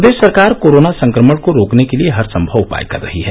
प्रदेश सरकार कोरोना संक्रमण को रोकने के लिए हरसंभव उपाय कर रही है